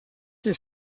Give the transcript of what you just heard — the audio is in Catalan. que